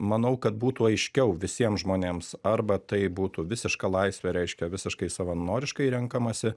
manau kad būtų aiškiau visiems žmonėms arba tai būtų visiška laisvė reiškia visiškai savanoriškai renkamasi